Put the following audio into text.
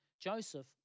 Joseph